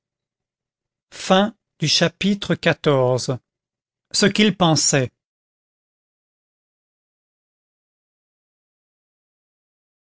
chapitre xiv ce qu'il pensait